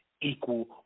equal